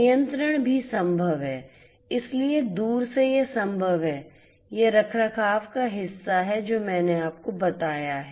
नियंत्रण भी संभव है इसलिए दूर से यह संभव है यह रखरखाव का हिस्सा है जो मैंने आपको बताया है